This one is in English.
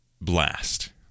blast